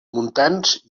muntants